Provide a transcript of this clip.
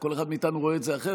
כל אחד מאיתנו רואה את זה אחרת,